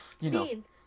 Beans